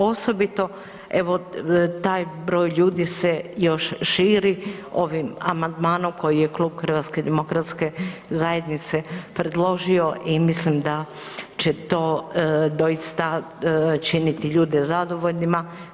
Osobito evo taj broj ljudi se još širi ovim amandmanom koji je Klub HDZ-a predložio i mislim da će to doista činiti ljude zadovoljnima.